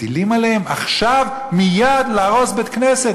מטילים עליהם עכשיו מייד להרוס בית-כנסת.